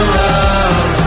love